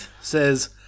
says